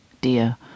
dear